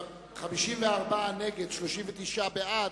37 בעד, 54 נגד, אין נמנעים.